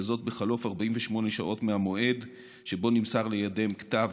וזאת בחלוף 48 שעות מהמועד שבו נמסר לידיהם כתב